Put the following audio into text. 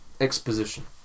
exposition